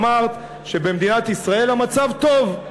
אמרת שבמדינת ישראל המצב טוב,